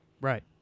Right